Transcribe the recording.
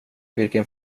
vilken